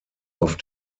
auf